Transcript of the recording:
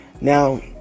Now